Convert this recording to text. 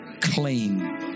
clean